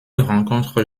rencontre